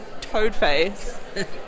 Toadface